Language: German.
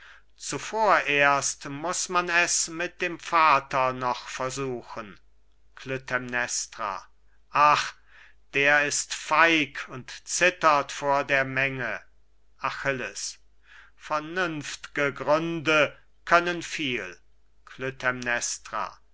zuvor erst muß man es mit dem vater noch versuchen klytämnestra ach der ist feig und zittert vor der menge achilles vernünft'ge gründe können viel